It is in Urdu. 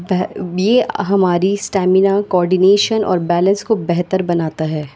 یہ ہماری اسٹیمنا کوآرڈینیشن اور بیلنس کو بہتر بناتا ہے